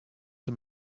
the